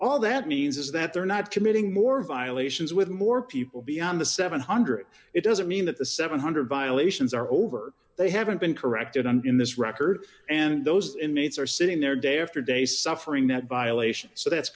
all that means is that they're not committing more violations with more people beyond the seven hundred it doesn't mean that the seven hundred violations are over they haven't been corrected on in this record and those inmates are sitting there day after day suffering that violation so that's